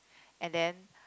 and then